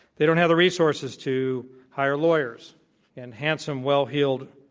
they don't have the resources to hire lawyers and handsome, well-heeled,